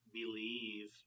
believe